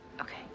Okay